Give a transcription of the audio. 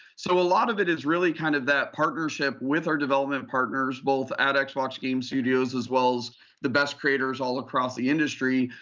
so a lot of it is really kind of that partnership with our development partners both at at xbox game studios as well as the best creators creators all across the industry.